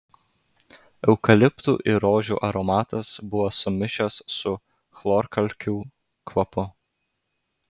eukaliptų ir rožių aromatas buvo sumišęs su chlorkalkių kvapu